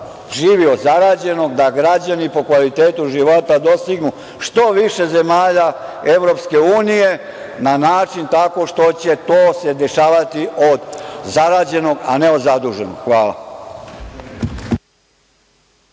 živi od zarađenog, da građani po kvalitetu života dostignu što više zemalja EU na način tako što će se to dešavati od zarađenog, a ne od zaduženog. Hvala.